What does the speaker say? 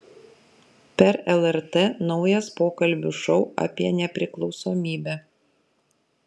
per lrt naujas pokalbių šou apie nepriklausomybę